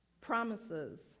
Promises